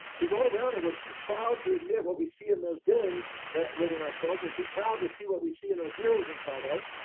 we go around and we're too proud to admit what we see in those villains that within ourselves, we're too proud to see what we see in those heroes inside us.